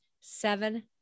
Seven